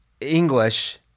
English